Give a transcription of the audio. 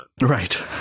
Right